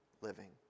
living